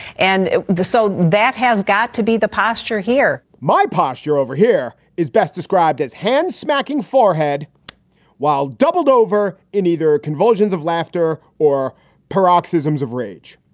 and so that has got to be the posture here my posture over here is best described as hand smacking for head while doubled over in either convulsions of laughter or paroxysms of rage.